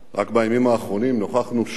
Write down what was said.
רק בימים האחרונים נוכחנו שוב